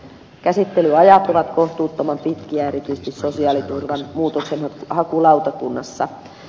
käsittelyajat ovat kohtuuttoman pitkiä erityisesti sosiaaliturvan muutoksenhakulautakunnassa